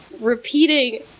repeating